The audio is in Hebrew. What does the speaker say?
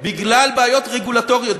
בגלל בעיות רגולטוריות,